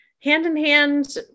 Hand-in-hand